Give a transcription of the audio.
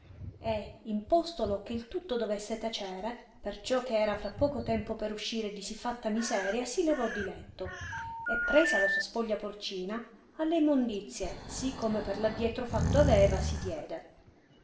e impostole che il tutto dovesse tacere perciò che era fra poco tempo per uscire di si fatta miseria si levò di letto e presa la sua spoglia porcina alle immondizie sì come per l addietro fatto aveva si diede